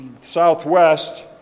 southwest